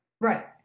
right